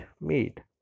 made